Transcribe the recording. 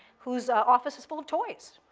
whose office is full of toys.